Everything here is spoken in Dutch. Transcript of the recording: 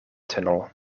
tunnel